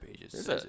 pages